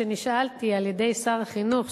כשנשאלתי על-ידי שר החינוך,